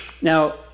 Now